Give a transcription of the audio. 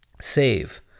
save